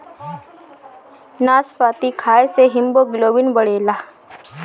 नाशपाती खाए से हिमोग्लोबिन बढ़ेला